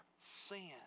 sin